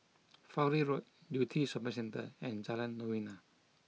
Fowlie Road Yew Tee Shopping Centre and Jalan Novena